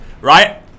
Right